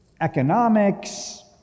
economics